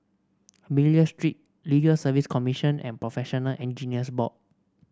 Miller Street Legal Service Commission and Professional Engineers Board